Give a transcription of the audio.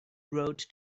road